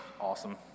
awesome